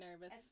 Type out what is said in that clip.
nervous